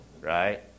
Right